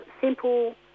simple